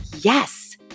yes